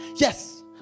Yes